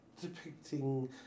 depicting